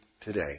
today